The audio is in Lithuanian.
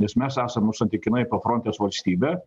nes mes esam nu santykinai pafrontės valstybė